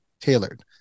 tailored